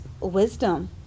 wisdom